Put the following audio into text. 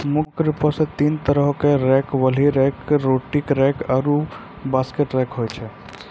मुख्य रूप सें तीन तरहो क rake wheel rake, rotary rake आरु बास्केट रेक होय छै